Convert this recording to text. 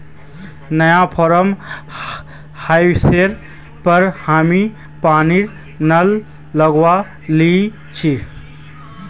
नया फार्म हाउसेर पर हामी पानीर नल लगवइ दिल छि